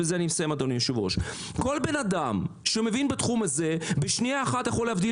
כל אדם שמבין בתחום הזה בשנייה אחת יכול להבדיל